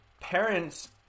parents